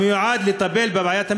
מיועד לטפל בבעיית המתמחים.